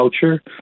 culture